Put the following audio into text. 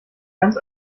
ganz